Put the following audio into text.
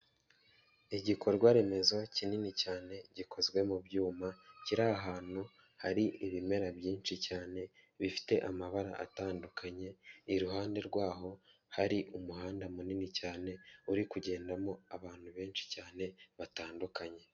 Igikorwa remezo kinini cyane, gikozwe mu byuma, kiri ahantu hari ibimera byinshi cyane, bifite amabara atandukanye, iruhande rwaho, hari umuhanda munini cyane, uri kugendamo abantu benshi cyane batandukanye.